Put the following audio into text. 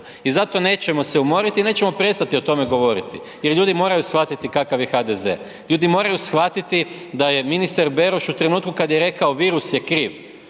I zato nećemo se umoriti i nećemo prestati o tome govoriti jer ljudi shvatiti kakav je HDZ. Ljudi moraju shvatiti da je ministar Beroš u trenutku kad je rekao virus je kriv,